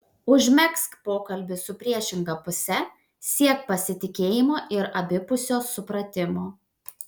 užmegzk pokalbį su priešinga puse siek pasitikėjimo ir abipusio supratimo